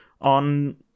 on